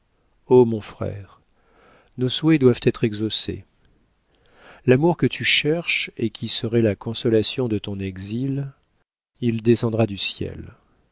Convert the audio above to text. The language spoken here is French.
o mon frère nos souhaits doivent être exaucés l'amour que tu cherches et qui serait la consolation de ton exil il descendra du ciel